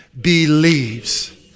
believes